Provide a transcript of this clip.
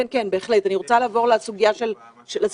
בהחלט, אני רוצה לעבור לסוגיה של הסגר.